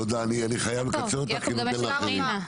תודה, אני חייב לקצר אותך כדי לתת לאחרים.